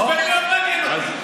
העובד מאוד מעניין אותי.